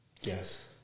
Yes